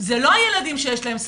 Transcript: הם לא הילדים שיש להם סייעות,